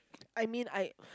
I mean I